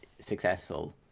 successful